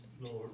Lord